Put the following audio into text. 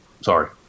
Sorry